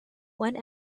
one